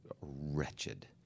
wretched